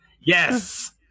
Yes